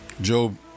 Job